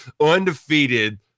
undefeated